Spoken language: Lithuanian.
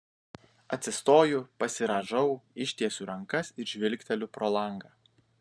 atsistoju pasirąžau ištiesiu rankas ir žvilgteliu pro langą